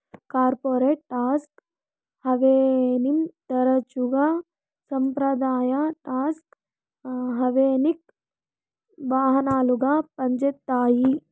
corporate tax హావెన్ని తరచుగా సంప్రదాయ టాక్స్ హావెన్కి వాహనాలుగా పంజేత్తాయి